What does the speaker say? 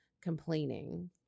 complaining